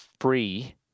free